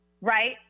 Right